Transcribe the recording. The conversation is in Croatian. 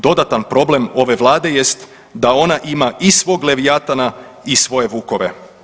Dodatan problem ove Vlade jest da ona ima i svog „Levijatana“ i svoje vukove.